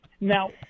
Now